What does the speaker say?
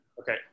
Okay